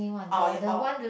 or ya or